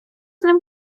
ним